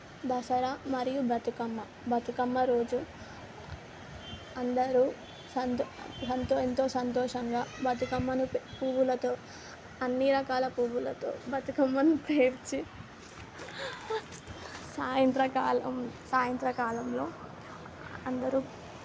దసరా మరియు బతుకమ్మ బతుకమ్మ రోజు అందరూ సంతు సంతూ ఎంతో సంతోషంగా బతుకమ్మను పువ్వులతో అన్ని రకాల పువ్వులతో బతుకమ్మను పేర్చి సాయంత్రకాలం సాయంత్రకాలంలో అందరూ